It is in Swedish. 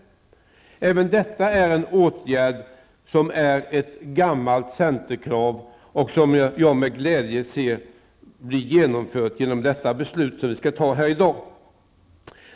Även denna åtgärd är ett gammalt centerkrav som jag med tillfredsställelse i dag ser genomfört.